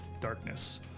darkness